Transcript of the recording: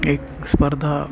एक स्पर्धा